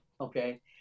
okay